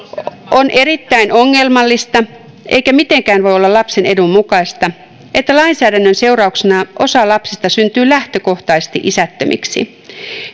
on erittäin ongelmallista eikä mitenkään voi olla lapsen edun mukaista että lainsäädännön seurauksena osa lapsista syntyy lähtökohtaisesti isättömiksi